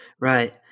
Right